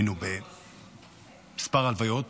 היינו בכמה הלוויות